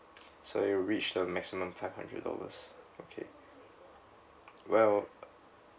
so it'll reach the maximum five hundred dollars okay well